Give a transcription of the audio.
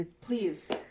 Please